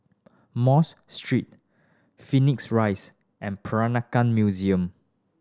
Mos Street Phoenix Rise and Peranakan Museum